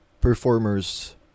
performers